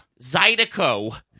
Zydeco